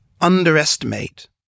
underestimate